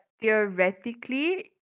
theoretically